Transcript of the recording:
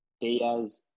Diaz